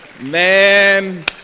man